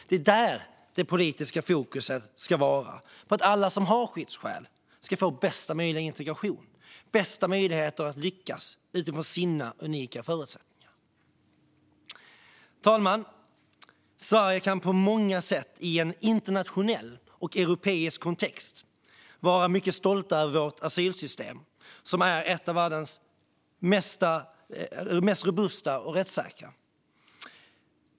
Det är där det politiska fokuset ska vara - på att alla som har skyddsskäl ska få bästa möjliga integration och de bästa möjligheterna att lyckas utifrån sina unika förutsättningar. Herr talman! Vi i Sverige kan på många sätt i en internationell och europeisk kontext vara mycket stolta över vårt asylsystem, som är ett av världens mest robusta och rättssäkra.